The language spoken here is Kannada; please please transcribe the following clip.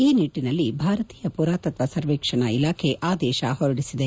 ಈ ನಿಟ್ಟಿನಲ್ಲಿ ಭಾರತೀಯ ಪುರಾತತ್ವ ಸರ್ವೇಕ್ಷಣಾ ಇಲಾಖೆ ಆದೇಶ ಹೊರಡಿಸಿದೆ